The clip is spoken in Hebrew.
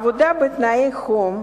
עבודה בתנאי חום,